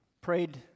prayed